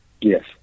Yes